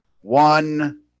one